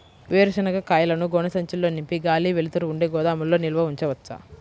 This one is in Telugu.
వేరుశనగ కాయలను గోనె సంచుల్లో నింపి గాలి, వెలుతురు ఉండే గోదాముల్లో నిల్వ ఉంచవచ్చా?